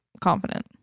confident